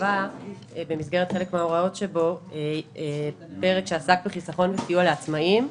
קבע במסגרת חלק מן ההוראות שבו פרק שעסק בחיסכון וסיוע לעצמאים.